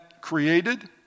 created